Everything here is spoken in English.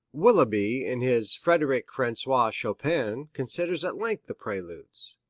willeby in his frederic francois chopin considers at length the preludes.